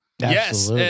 Yes